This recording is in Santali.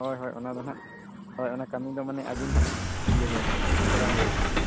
ᱦᱳᱭ ᱦᱳᱭ ᱚᱱᱟ ᱫᱚᱱᱟᱦᱟᱸᱜ ᱦᱳᱭ ᱚᱱᱟ ᱠᱟᱹᱢᱤ ᱫᱚ ᱢᱟᱱᱮ ᱟᱵᱤᱱ ᱦᱟᱸᱜ ᱤᱭᱟᱹ ᱦᱩᱭᱟᱵᱤᱱᱟ ᱠᱚᱨᱟᱣ ᱦᱩᱭᱟᱵᱤᱱᱟ